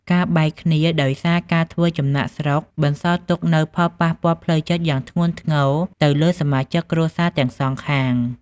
ការបែកគ្នាដោយសារការធ្វើចំណាកស្រុកបន្សល់ទុកនូវផលប៉ះពាល់ផ្លូវចិត្តយ៉ាងធ្ងន់ធ្ងរទៅលើសមាជិកគ្រួសារទាំងសងខាង។